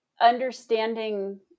understanding